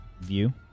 view